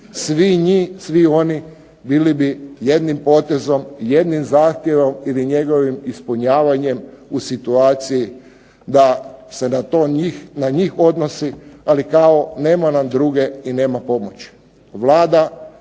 svi oni bili bi jednim potezom, jednim zahtjevom ili njegovim ispunjavanjem u situaciji da se to na njih odnosi, ali kao nema nam druge i nema nam